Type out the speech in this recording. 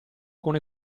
con